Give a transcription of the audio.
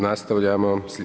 Nastavljamo.